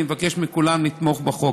אני מבקש מכולם לתמוך בחוק.